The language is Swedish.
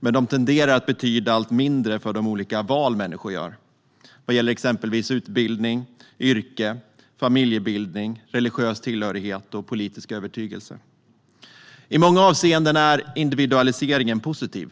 Men de tenderar att betyda allt mindre för de olika val människor gör, vad gäller exempelvis utbildning, yrke, familjebildning, religiös tillhörighet och politisk övertygelse. I många avseenden är individualiseringen positiv.